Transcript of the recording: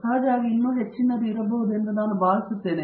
ಸಹಜವಾಗಿ ಇನ್ನೂ ಹೆಚ್ಚಿನದಾಗಿರಬಹುದು ಎಂದು ನಾನು ಭಾವಿಸುತ್ತೇನೆ